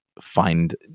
find